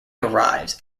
arrives